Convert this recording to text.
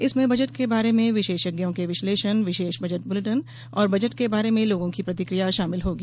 इसमें बजट के बारे में विशेषज्ञों के विश्लेषण विशेष बजट बुलेटिन और बजट के बारे में लोगों की प्रतिक्रिया शामिल होंगी